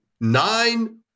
nine-